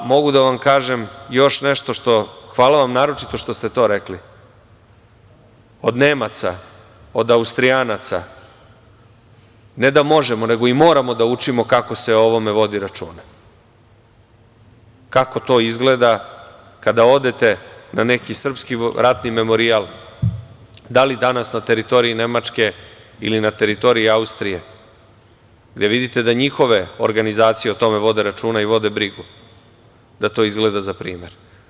Mogu da vam kažem još nešto, hvala vam naročito što ste to rekli, od Nemaca, od Austrijanaca, ne da možemo, nego i moramo da učimo kako se o ovome vodi računa, kako to izgleda kada odete na neki srpski ratni memorijal, da li danas na teritoriji Nemačke ili na teritoriji Austrije, gde vidite da njihove organizacije o tome vode računa i vode brigu, da to izgleda za primer.